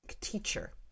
teacher